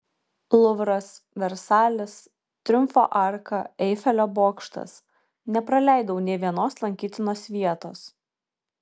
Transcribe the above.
luvras versalis triumfo arka eifelio bokštas nepraleidau nė vienos lankytinos vietos